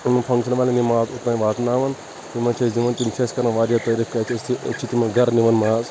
کُنہِ فَنٛگشَن والیٚن یہِ ماز توٚتام واتناون تِمَن چھِ أسۍ دِوان تِم چھِ اَسہِ کران واریاہ تعرِیٖف کیٛازِکہِ أسۍ چھِ تِمَن گرٕ نِوان ماز